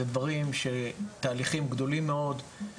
זה דברים של תהליכים גדולים מאוד.